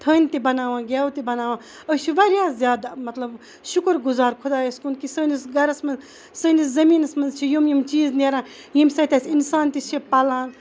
تھٔنۍ تہِ بَناوان گیٚو تہِ بَناوان أسۍ چھِ واریاہ زیادٕ مَطلَب شُکُر گُزار خۄدایَس کُن کہِ سٲنِس گَرَس مَنٛز سٲنِس زمیٖنَس مَنٛز چھِ یِم یِم چیٖز نیران ییٚمہِ سۭتۍ اَسہِ اِنسان تہِ چھِ پَلان